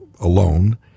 alone